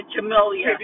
Jamelia